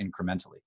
incrementally